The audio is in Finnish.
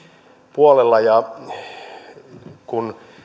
puolella kun